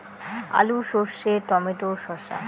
আলু সর্ষে টমেটো শসা